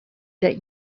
that